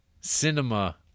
cinema